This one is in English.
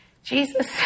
Jesus